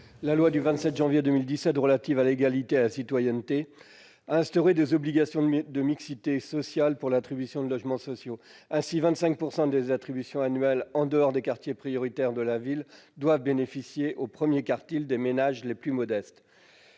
La loi du 27 janvier 2017 relative à l'égalité et à la citoyenneté a instauré des obligations de mixité sociale pour l'attribution de logements sociaux. Ainsi, 25 % des attributions annuelles en dehors des quartiers prioritaires de la ville doivent bénéficier au premier quartile des ménages les plus modestes.